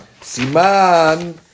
Siman